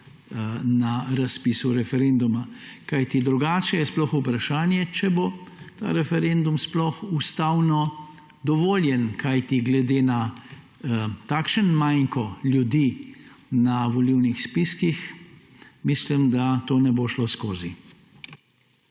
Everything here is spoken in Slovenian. na razpisu referenduma, kajti drugače je sploh vprašanje, če bo ta referendum sploh ustavno dovoljen, kajti glede na takšen manko ljudi na volilnih spiskih mislim, da to ne bo šlo skozi.